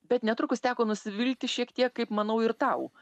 bet netrukus teko nusivilti šiek tiek kaip manau ir tau